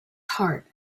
heart